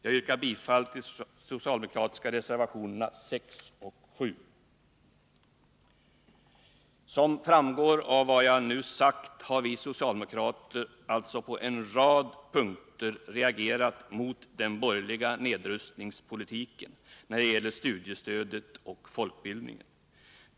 Jag yrkar bifall till de socialdemokratiska reservationerna 6 och 7. Som framgår av vad jag sagt har vi socialdemokrater på en rad punkter reagerat mot den borgerliga nedrustningspolitiken när det gäller studiestödet och folkbildningen.